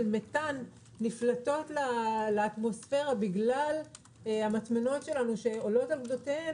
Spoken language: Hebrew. מתאן נפלטות לאטמוספירה בגלל המטמנות שלנו שעולות על גדותיהן,